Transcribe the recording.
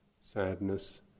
sadness